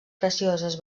precioses